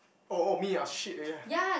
oh oh me ah shit ya